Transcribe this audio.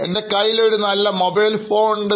എൻറെ കയ്യിൽ ഒരു നല്ല മൊബൈൽ ഫോൺ ഉണ്ട്